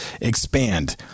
Expand